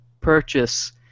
purchase